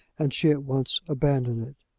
and she at once abandoned it.